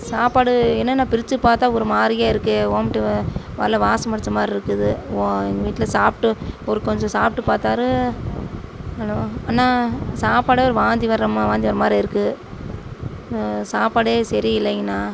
சாப்பாடு என்னன்னு பிரித்து பார்த்தா ஒரு மாதிரியா இருக்குது ஓமிட் வ எல்ல வாசம் அடித்த மாரிருக்குது ஓ எங் வீட்டில் சாப்பிட்டு ஒரு கொஞ்சம் சாப்பிட்டு பார்த்தாரு ஹலோ அண்ணா சாப்பாடே வாந்தி வரற ம வாந்தி வர மாதிரி இருக்குது சாப்பாடு சரி இல்லைங்கண்ணா